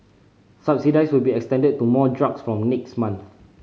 subsidies will be extended to more drugs from next month